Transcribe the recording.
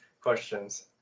questions